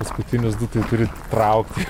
paskutinius du tai turi trauk